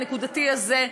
הנקודתי הזה,